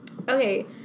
Okay